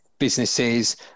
businesses